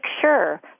sure